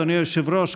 אדוני היושב-ראש,